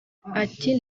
ati